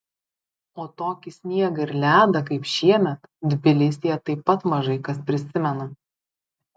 o tokį sniegą ir ledą kaip šiemet tbilisyje taip pat mažai kas prisimena